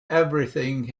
everything